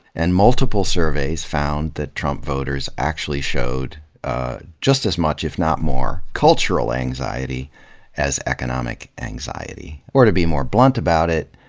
and multiple surveys found that trump voters actually showed just as much, if not more, cultural anxiety as economic anxiety. or to be more blunt about it,